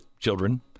children